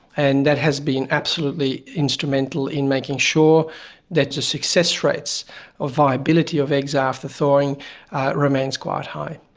and that has been absolutely instrumental in making sure that the success rates or viability of eggs after thawing remains quite high.